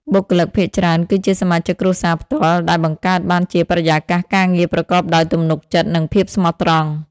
បុគ្គលិកភាគច្រើនគឺជាសមាជិកគ្រួសារផ្ទាល់ ដែលបង្កើតបានជាបរិយាកាសការងារប្រកបដោយ ទំនុកចិត្ត និងភាពស្មោះត្រង់។